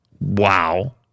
Wow